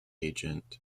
agent